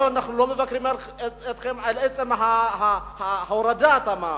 אנחנו לא מבקרים אתכם על עצם הורדת המע"מ,